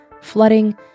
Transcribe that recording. flooding